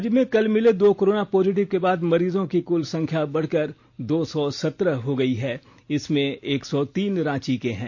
राज्य में कल मिले दो कोरोना पॉजिटिव के बाद मरीजों की क्ल संख्या बढ़कर दो सौ सत्रह हो गयी है इसमें एक सौ तीन रांची के हैं